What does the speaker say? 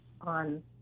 on